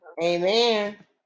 amen